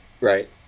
Right